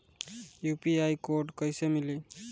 UPI code कैसे मिली?